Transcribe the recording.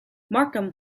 markham